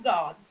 God